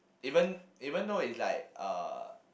even even though it's like uh